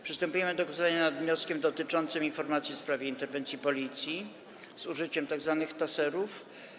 Przystępujemy do głosowania nad wnioskiem dotyczącym informacji w sprawie interwencji policji z użyciem tzw. taserów.